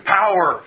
power